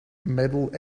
metal